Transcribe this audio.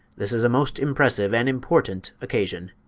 this is a most impressive and important occasion.